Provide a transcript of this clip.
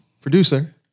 producer